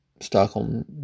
Stockholm